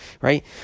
right